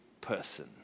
person